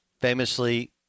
famously